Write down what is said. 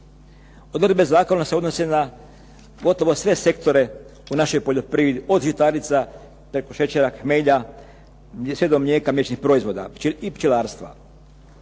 Odredbe zakona se odnose na gotovo sve sektore u našoj poljoprivredi od žitarica, preko šećera, hmelja, sve do mlijeka i mliječnih proizvoda i pčelarstva.